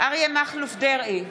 אריה מכלוף דרעי,